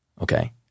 okay